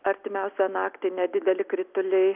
artimiausią naktį nedideli krituliai